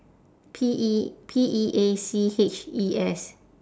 P E P E A C H E S